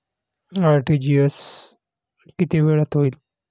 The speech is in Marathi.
आर.टी.जी.एस किती वेळात होईल?